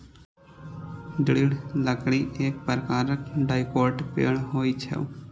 दृढ़ लकड़ी एक प्रकारक डाइकोट पेड़ होइ छै